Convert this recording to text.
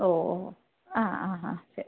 ഓ ഓ ആ ആ ശരി